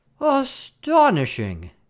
Astonishing